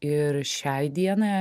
ir šiai dienai